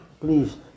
Please